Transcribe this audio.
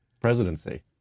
presidency